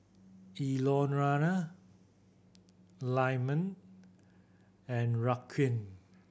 Eleonora Lyman and Raquan